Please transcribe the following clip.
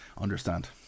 understand